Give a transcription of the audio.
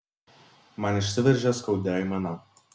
man išsiveržia skaudi aimana